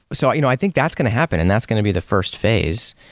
so i you know i think that's going to happen and that's going to be the first phase.